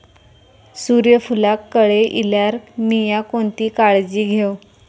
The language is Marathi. सूर्यफूलाक कळे इल्यार मीया कोणती काळजी घेव?